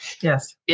Yes